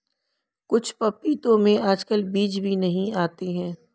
कुछ पपीतों में आजकल बीज भी नहीं आते हैं